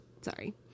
Sorry